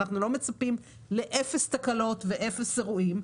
אנחנו לא מצפים לאפס תקלות ולאפס אירועים,